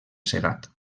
segat